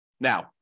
Now